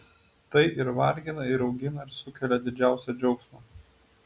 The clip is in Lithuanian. tai ir vargina ir augina ir sukelia didžiausią džiaugsmą